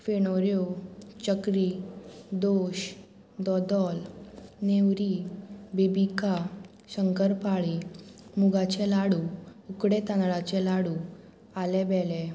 फेणोऱ्यो चकरी दोश दोदोल नेवरी बिबिका शंकर पाळी मुगाचे लाडू उकडे तांदळाचे लाडू आलेबेले